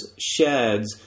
sheds